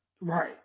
Right